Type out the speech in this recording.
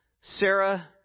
Sarah